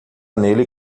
nele